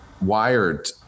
wired